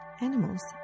Animals